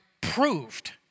proved